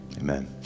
Amen